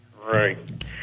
Right